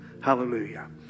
Hallelujah